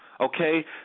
Okay